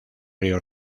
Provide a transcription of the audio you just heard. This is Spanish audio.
río